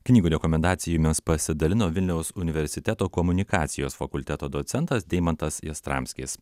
knygų rekomendacijomis pasidalino vilniaus universiteto komunikacijos fakulteto docentas deimantas jastramskis